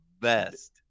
best